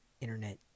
internet